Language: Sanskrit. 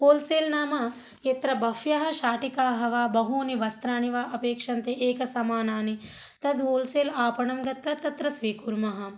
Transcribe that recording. होल्सेल् नाम यत्र बहवः शाटिकाः वा बहूनि वस्त्राणि वा अपेक्षन्ते एक समानानि तद् वोल्सेल् आपणं गत्वा तत्र स्वीकुर्मः